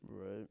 right